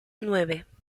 nueve